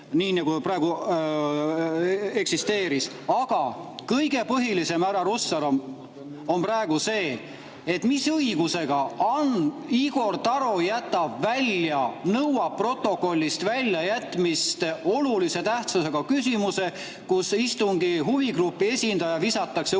Aga kõige põhilisem, härra Hussar, on praegu see, et mis õigusega Igor Taro jätab välja, nõuab protokollist väljajätmist, olulise tähtsusega küsimuse, et huvigrupi esindaja istungilt